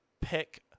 pick